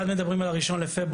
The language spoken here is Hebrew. אחד, מדברים על ה-1 בפברואר.